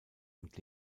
und